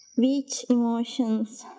which emotions